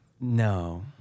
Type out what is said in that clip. No